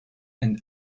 and